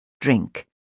drink